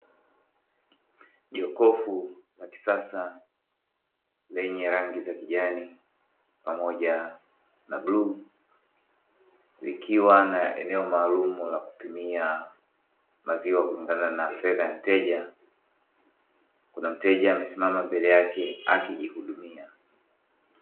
Jokofu la kisasa lenye rangi z a kijani pamoja na bluu likiwa na eneo maalumu ya kupimia maziwa, kulingana na fedha ya mteja. Kuna mteja amesimama mbele yake akijihudumia.